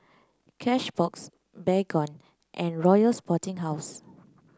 Cashbox Baygon and Royal Sporting House